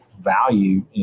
value